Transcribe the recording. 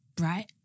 right